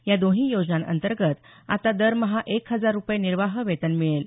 या दोन्ही योजनांतर्गत आता दरमहा एक हजार रुपये निर्वाह वेतन मिळेल